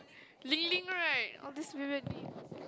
Li-ling right all these weird weird name